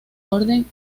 orden